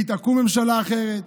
ותקום ממשלה אחרת